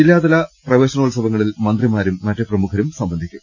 ജില്ലാതല പ്രവേശനോത്സവങ്ങളിൽ മന്ത്രിമാരും മറ്റ് പ്രമുഖരും സംബന്ധിക്കും